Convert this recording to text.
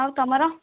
ଆଉ ତୁମର